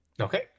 Okay